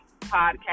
podcast